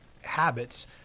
habits